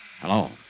Hello